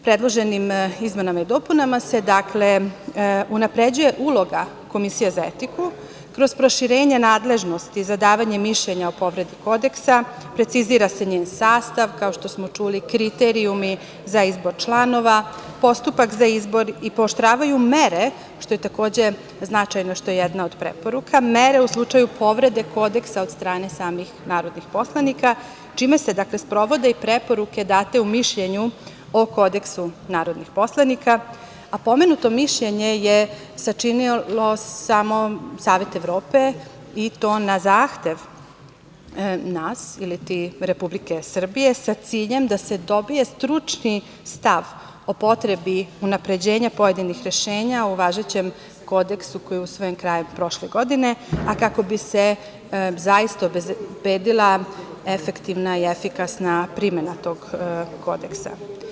Predloženim izmenama i dopunama se, dakle, unapređuje uloga komisije za etiku, kroz proširenja nadležnosti za davanje mišljenja o povredi Kodeksa, precizira se njen sastav, kao što smo čuli, kriterijumi za izbor članova, postupak za izbor i pooštravaju mere, što je takođe značajno, što je jedna od preporuka, mere u slučaju povrede Kodeksa od strane samih narodnih poslanika, čime se sprovode preporuke date u mišljenju o Kodeksu narodnih poslanika, a pomenuto mišljenje je sačinilo samo Savet Evrope i to na zahtev nas, iliti Republike Srbije, sa ciljem da se dobije stručni stav o potrebi unapređenja pojedinih rešenja u važećem Kodeksu koji je usvojen krajem prošle godine, a kako bi se zaista obezbedila efektivna i efikasna primena tog Kodeksa.